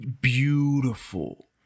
beautiful